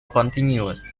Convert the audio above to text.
continuous